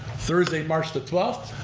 thursday, march the twelfth.